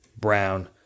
Brown